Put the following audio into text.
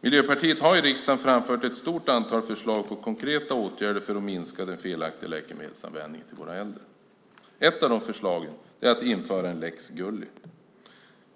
Miljöpartiet har i riksdagen framfört ett stort antal förslag på konkreta åtgärder för att minska den felaktiga läkemedelsanvändningen för våra äldre. Ett av förslagen är att införa en lex Gulli.